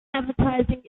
advertising